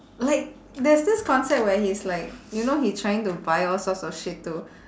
like there's this concept where he's like you know he trying to buy all sorts of shit to